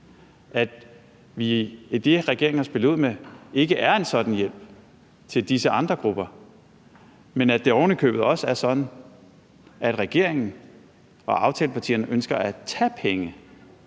i det, regeringen har spillet ud med, ikke er en sådan hjælp til disse andre grupper, og at det ovenikøbet også er sådan, at regeringen og aftalepartierne ønsker at tage penge